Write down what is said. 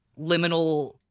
liminal